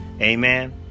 Amen